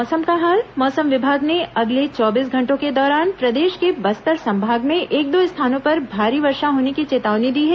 मौसम मौसम विभाग ने अगले चौबीस घंटों के दौरान प्रदेश के बस्तर संभाग में एक दो स्थानों पर भारी वर्षा होने की चेतावनी दी है